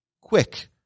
quick